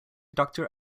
doctor